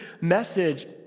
message